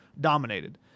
dominated